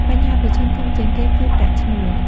បញ្ហាប្រឈមធំជាងគេគឺ ប្រាក់ឈ្នួល។